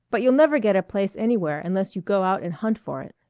but you'll never get a place anywhere unless you go out and hunt for it.